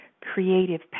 creative